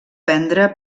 prendre